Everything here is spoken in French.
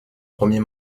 premier